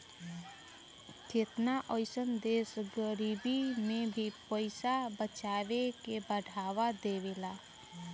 केतना अइसन देश गरीबी में भी पइसा बचावे के बढ़ावा देवेला